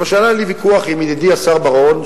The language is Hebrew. למשל היה לי ויכוח עם ידידי השר בר-און,